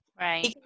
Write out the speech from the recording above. Right